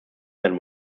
than